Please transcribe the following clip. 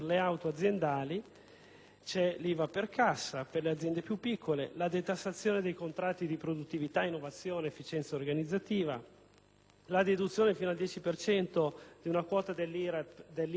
c'è l'IVA per cassa per le aziende più piccole, la detassazione dei contratti di produttività, innovazione, efficienza organizzativa; la deduzione fino al 10 per cento di una quota dell'IRAP dall'IRES;